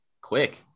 Quick